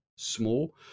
small